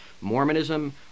Mormonism